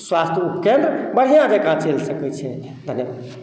स्वास्थ्य उपकेन्द्र बढ़िआँ जँका चलि सकैत छै